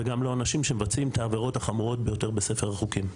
וגם לא אנשים שמבצעים את העבירות החמורות ביותר בספר החוקים,